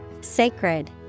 sacred